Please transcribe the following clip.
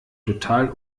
total